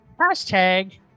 hashtag